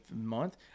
month